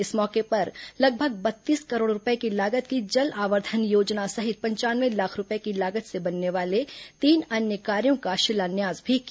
इस मौके पर लगभग बत्तीस करोड़ रूपए की लागत की जल आवर्धन योजना सहित पंचानये लाख रूपए की लागत से बनने वाले तीन अन्य कार्यो का शिलान्यास भी किया